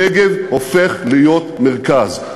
הנגב הופך להיות מרכז.